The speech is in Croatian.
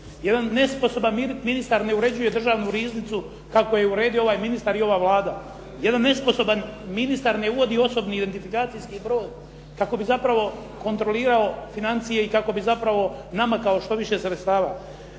Jedan nesposoban ministar ne uređuje državnu riznicu kako je uredio ovaj ministar i ova Vlada. Jedan nesposoban ministar ne uvodi osobni identifikacijski broj kako bi zapravo kontrolirao financije i kako bi zapravo namakao što više sredstava.